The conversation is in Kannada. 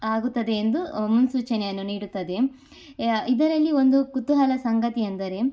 ಆಗುತ್ತದೆ ಎಂದು ಮುನ್ಸೂಚನೆಯನ್ನು ನೀಡುತ್ತದೆ ಇದರಲ್ಲಿ ಒಂದು ಕುತೂಹಲ ಸಂಗತಿ ಎಂದರೆ